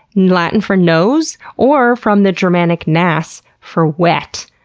latin for nose, or from the germanic nass for wet.